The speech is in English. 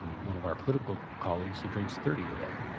one of our political colleagues who drinks thirty a day.